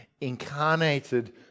incarnated